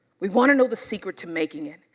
we wanna know the secret to making it.